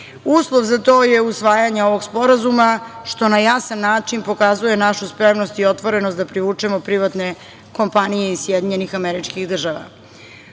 Uslov za to je usvajanje ovog sporazuma, što na jasan način pokazuje našu spremnost i otvorenost da privučemo privatne kompanije iz SAD. Ovo je način da